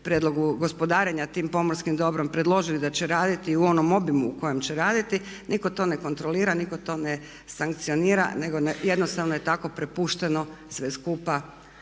prijedlogu gospodarenja tim pomorskim dobrom predložili da će raditi u onom obimu u kojem će raditi. Nitko to ne kontrolira, nitko to ne sankcionira nego jednostavno je tako prepušteno sve skupa